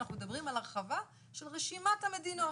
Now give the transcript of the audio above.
ואנחנו מדברים על הרחבה של רשימת המדינות.